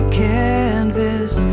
canvas